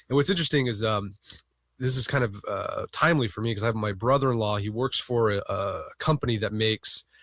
and what's interesting is um this is kind of ah timely for me because i have my brother in law, he works for a company that makes